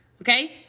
okay